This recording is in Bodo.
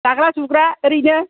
जाग्रा जुग्रा ओरैनो